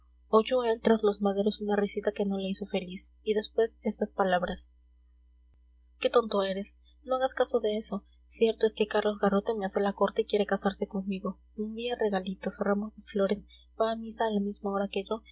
él tras los maderos una risita que no le hizo feliz y después estas palabras qué tonto eres no hagas caso de eso cierto es que carlos garrote me hace la corte y quiere casarse conmigo me envía regalitos ramos de flores va a misa a la misma hora que yo